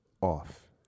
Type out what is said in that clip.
off